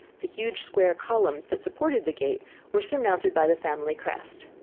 the huge square columns that supported the gate were surmounted by the family crest.